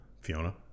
Fiona